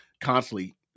constantly